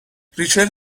ریچل